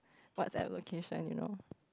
WhatsApp location you know